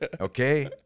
Okay